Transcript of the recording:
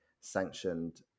sanctioned